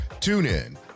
TuneIn